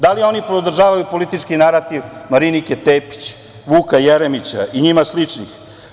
Da li oni podržavaju politički narativ Marinike Tepić, Vuka Jeremića i njima sličnih?